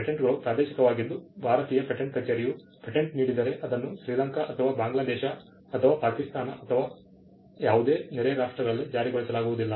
ಪೇಟೆಂಟ್ಗಳು ಪ್ರಾದೇಶಿಕವಾಗಿದ್ದು ಭಾರತೀಯ ಪೇಟೆಂಟ್ ಕಚೇರಿಯು ಪೇಟೆಂಟ್ ನೀಡಿದರೆ ಅದನ್ನು ಶ್ರೀಲಂಕಾ ಅಥವಾ ಬಾಂಗ್ಲಾದೇಶ ಅಥವಾ ಪಾಕಿಸ್ತಾನ ಅಥವಾ ಯಾವುದೇ ನೆರೆಯ ರಾಷ್ಟ್ರಗಳಲ್ಲಿ ಜಾರಿಗೊಳಿಸಲಾಗುವುದಿಲ್ಲ